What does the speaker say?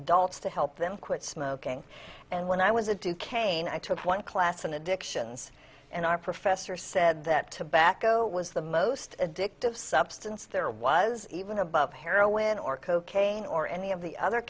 adults to help them quit smoking and when i was a duquesne i took one class in addictions and i professor said that tobacco was the most addictive substance there was even above heroin or cocaine or any of the other